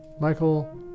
Michael